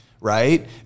Right